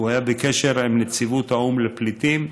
והוא היה בקשר עם נציבות האו"ם לפליטים.